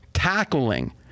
Tackling